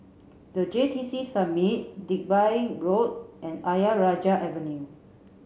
the J T C Summit Digby Road and Ayer Rajah Avenue